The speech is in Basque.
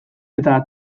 eta